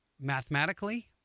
mathematically